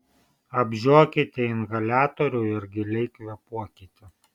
apžiokite inhaliatorių ir giliai kvėpuokite